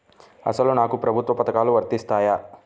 అసలు నాకు ప్రభుత్వ పథకాలు వర్తిస్తాయా?